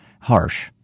harsh